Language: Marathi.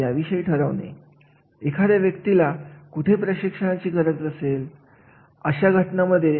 याच यावरूनच व्यक्ती विषयाची निर्णय घेतले जातात बाजारातील निर्णय घेतले जातात